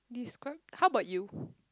he's quite how about you